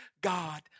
God